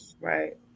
Right